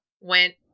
went